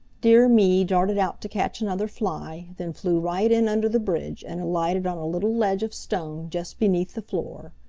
dear me darted out to catch another fly, then flew right in under the bridge and alighted on a little ledge of stone just beneath the floor.